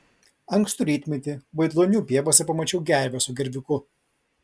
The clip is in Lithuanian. ankstų rytmetį vaidlonių pievose pamačiau gervę su gerviuku